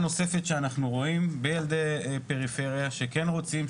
נוספת שאנחנו רואים בילדי פריפריה שכן רוצים,